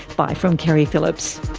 bye from keri phillips